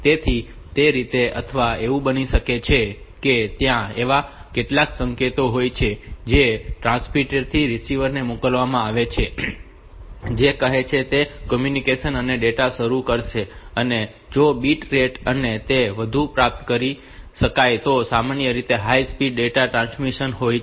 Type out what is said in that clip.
તેથી તે રીતે અથવા એવું બની શકે છે કે ત્યાં એવા કેટલાક સંકેતો હોય છે જે ટ્રાન્સમીટર થી રીસીવર ને મોકલવામાં આવે છે જે કહે છે કે તે કમ્યુનિકેશન અને ડેટા શરૂ કરશે અને જો બીટ rate અને તે બધું પ્રાપ્ત કરી શકાય તો આ સામાન્ય રીતે હાઇ સ્પીડ ડેટા ટ્રાન્સમિશન હોય છે